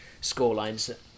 scorelines